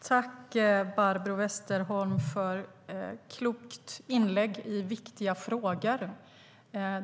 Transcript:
Fru talman! Tack, Barbro Westerholm, för ett klokt inlägg i viktiga frågor!